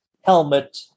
helmet